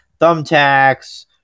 thumbtacks